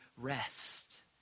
rest